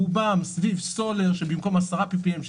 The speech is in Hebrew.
רובן סביב סולר שבמקום10ppm ,